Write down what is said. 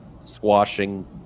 squashing